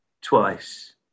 twice